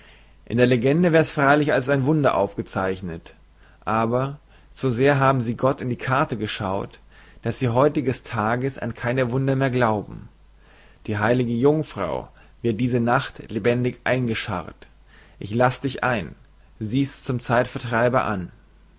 in der legende wäre s freilich als ein wunder aufgezeichnet aber so sehr haben sie gott in die karte geschauet daß sie heutiges tages an kein wunder mehr glauben die heilige jungfrau wird diese nacht lebendig eingescharrt ich lasse dich ein sieh's zum zeitvertreibe an